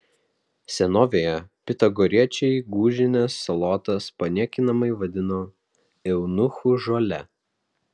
senovėje pitagoriečiai gūžines salotas paniekinamai vadino eunuchų žole